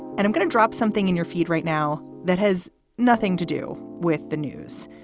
and i'm gonna drop something in your feed right now that has nothing to do with the news.